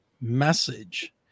message